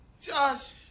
Josh